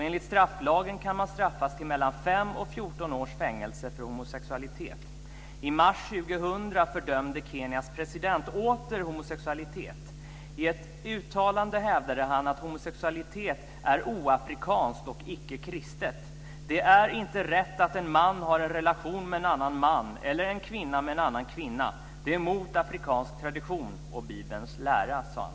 Enligt strafflagen kan man straffas med 5-14 års fängelse för homosexualitet. I mars 2000 fördömde Kenyas president åter homosexualitet. I ett uttalande hävdade han att homosexualitet är oafrikanskt och icke kristet. Det är inte rätt att en man har en relation med en annan man eller en kvinna med en annan kvinna. Det är emot afrikansk tradition och Bibelns lära, sade han.